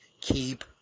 Keep